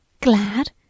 Glad